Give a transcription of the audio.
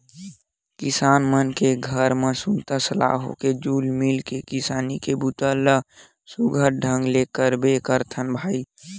किसान मन के घर म सुनता सलाह होके जुल मिल के किसानी के बूता ल सुग्घर ढंग ले करबे करथन भईर